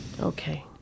Okay